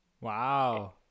Wow